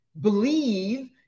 believe